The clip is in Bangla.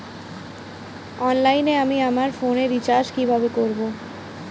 অনলাইনে আমি আমার ফোনে রিচার্জ কিভাবে করব?